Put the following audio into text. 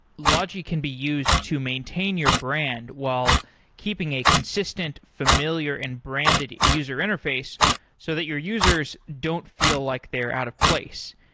logi can be used to maintain your brand while keeping a consistent familiar and branded user interface so that your users don't feel like they're out of place.